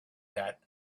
that